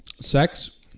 Sex